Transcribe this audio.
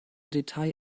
detail